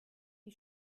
die